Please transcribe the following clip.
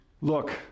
Look